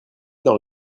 dans